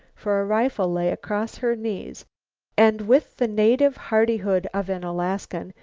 for a rifle lay across her knees and, with the native hardihood of an alaskan,